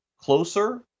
closer